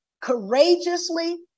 courageously